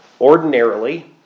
ordinarily